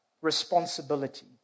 responsibility